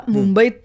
Mumbai